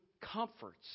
comforts